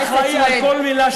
אני אחראי לכל מילה שאני אומר.